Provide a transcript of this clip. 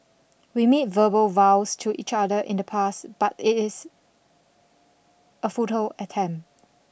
we made verbal vows to each other in the past but it is a futile attempt